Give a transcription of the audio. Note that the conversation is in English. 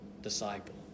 disciple